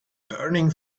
burning